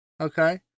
okay